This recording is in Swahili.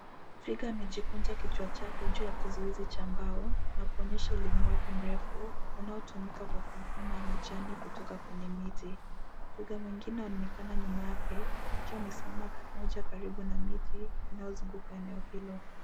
Twiga amejikunja kichwa chake juu ya kizuizi cha mbao, na kuonyesha ulimi wake mrefu unaotumia kwa kuvuna majani kutoka kwenye miti. Twiga mwingine anaoekana nyuma yake, akiwa amesimama pamoja karibu na miti inayozunguka eneo hilo.